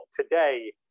today